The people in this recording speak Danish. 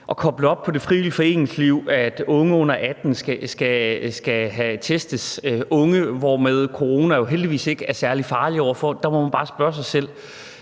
at koble det op på det frivillige foreningsliv, at unge under 18 år skal testes – unge, for hvem corona heldigvis ikke er særlig farlig – må man bare spørge sig selv,